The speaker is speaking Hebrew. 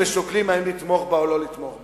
ושוקלים אם לתמוך בה או לא לתמוך בה.